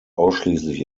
ausschließlich